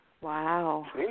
Wow